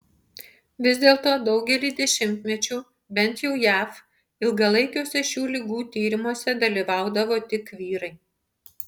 vis dėlto daugelį dešimtmečių bent jau jav ilgalaikiuose šių ligų tyrimuose dalyvaudavo tik vyrai